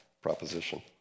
proposition